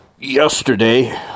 yesterday